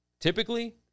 typically